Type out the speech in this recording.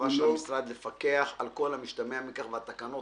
חובת המשרד לפקח על כל המשתמע מכך והתקנות